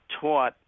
taught